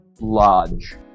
lodge